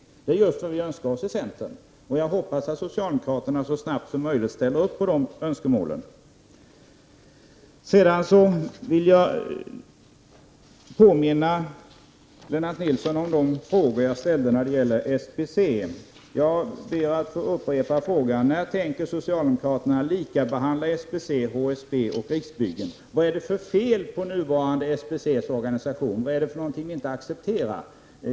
Det är just vad vi i centern önskar oss. Jag hoppas att socialdemokraterna så snabbt som möjligt ställer upp på de önskemålen. Jag vill påminna Lennart Nilsson om de frågor jag ställde om SBC. Jag ber att få upprepa frågorna: HSB och Riksbyggen? Vad är det för fel på SBCs nuvarande organisation? Vad är det ni inte accepterar?